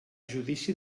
judici